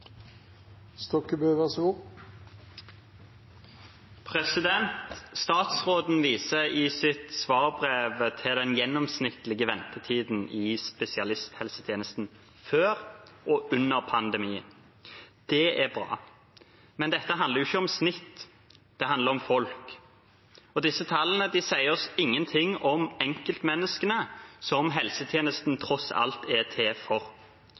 Statsråden viser i sitt svarbrev til den gjennomsnittlige ventetiden i spesialisthelsetjenesten før og under pandemien. Det er bra, men dette handler jo ikke gjennomsnitt; det handler om folk. Disse tallene sier oss ingenting om enkeltmenneskene, som helsetjenesten tross alt er til for.